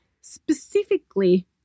specifically